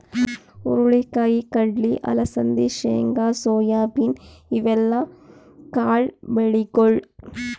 ಹುರಳಿ ಕಾಯಿ, ಕಡ್ಲಿ, ಅಲಸಂದಿ, ಶೇಂಗಾ, ಸೋಯಾಬೀನ್ ಇವೆಲ್ಲ ಕಾಳ್ ಬೆಳಿಗೊಳ್